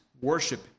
worship